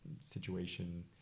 situation